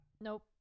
Nope